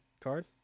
card